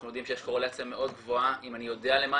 אנחנו יודעים שיש קורלציה מאוד גבוהה בין אם אני יודע למה